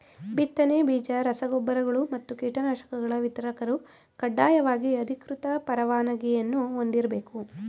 ಬಿತ್ತನೆ ಬೀಜ ರಸ ಗೊಬ್ಬರಗಳು ಮತ್ತು ಕೀಟನಾಶಕಗಳ ವಿತರಕರು ಕಡ್ಡಾಯವಾಗಿ ಅಧಿಕೃತ ಪರವಾನಗಿಯನ್ನೂ ಹೊಂದಿರ್ಬೇಕು